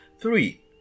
Three